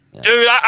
Dude